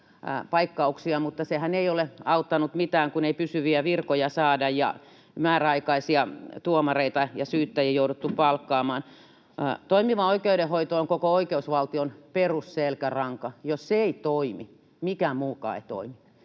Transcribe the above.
paikkauksia, mutta sehän ei ole auttanut mitään, kun pysyviä virkoja ei saada ja määräaikaisia tuomareita ja syyttäjiä on jouduttu palkkaamaan. Toimiva oikeudenhoito on koko oikeusvaltion perusselkäranka. Jos se ei toimi, mikään muukaan ei toimi.